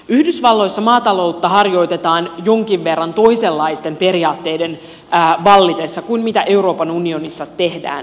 yhdysvalloissa maataloutta harjoitetaan jonkin verran toisenlaisten periaatteiden vallitessa kuin mitä euroopan unionissa tehdään